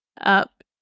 up